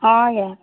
ହଁ ଆଜ୍ଞା